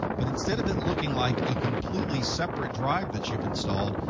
but instead of it looking like a completely separate drive that you've installed,